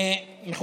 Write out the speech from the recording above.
כן, אני יודע.